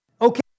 Okay